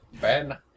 Ben